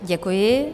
Děkuji.